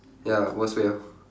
ya worst way ah